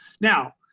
Now